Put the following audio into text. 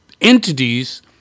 entities